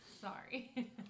Sorry